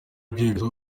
byemezo